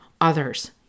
others